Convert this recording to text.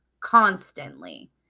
constantly